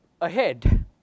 ahead